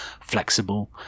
flexible